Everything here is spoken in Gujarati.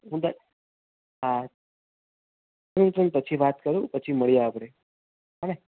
હું તને હા હું તને પછી વાત કરું પછી મળીએ આપણે હોં ને